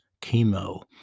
chemo